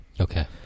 Okay